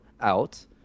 out